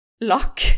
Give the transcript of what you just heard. luck